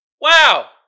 Wow